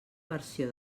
versió